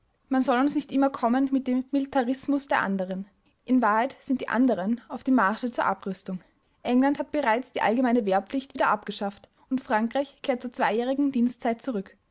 man soll uns nicht immer kommen mit dem militarismus der anderen in wahrheit sind die anderen auf dem marsche zur abrüstung england hat bereits die allgemeine wehrpflicht wieder abgeschafft und frankreich kehrt zur zweijährigen dienstzeit zurück